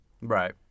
Right